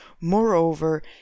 Moreover